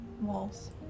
walls